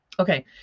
Okay